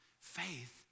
Faith